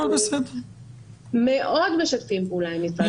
אנחנו מאוד משתפים פעולה עם משרד הבריאות.